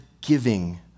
giving